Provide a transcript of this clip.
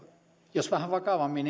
jos vähän vakavammin